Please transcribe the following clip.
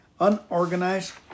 unorganized